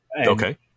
Okay